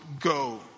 go